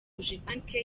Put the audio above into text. cogebanque